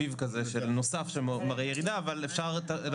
אני מציעה